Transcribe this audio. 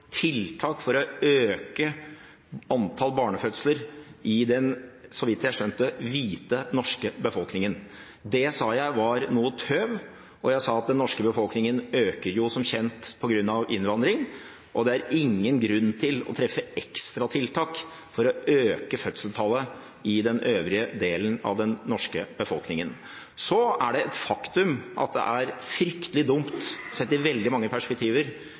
tiltak for å øke antall barnefødsler i den – så vidt jeg skjønte – hvite norske befolkningen. Det sa jeg var noe tøv, og jeg sa at den norske befolkningen som kjent øker på grunn av innvandring, og at det er ingen grunn til å treffe ekstratiltak for å øke fødselstallet i den øvrige delen av den norske befolkningen. Så er det et faktum at det er fryktelig dumt – sett ut fra veldig mange perspektiver